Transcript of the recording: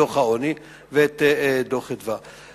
דוח העוני ואת דוח "מרכז אדוה".